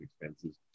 expenses